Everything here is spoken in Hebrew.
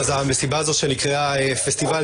אני אומר שאנחנו גם מתמקדים בנושא הזה בתקופה של